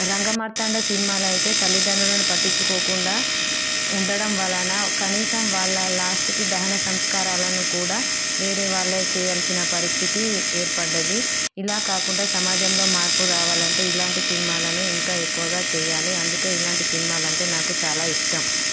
రంగమార్తాండ సినిమాలో అయితే తల్లిదండ్రులను పట్టించుకోకుండా ఉండడం వలన కనీసం వాళ్ళ లాస్ట్కి దహన సంస్కారాలను కూడా వేరే వాళ్ళే చేయాల్సిన పరిస్థితి ఏర్పడ్డది ఇలా కాకుండా సమాజంలో మార్పు రావాలంటే ఇలాంటి సినిమాలను ఇంకా ఎక్కువగా చేయాలి అందుకే ఇలాంటి సినిమాలు అంటే నాకు చాలా ఇష్టం